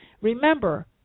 remember